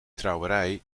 trouwerij